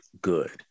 good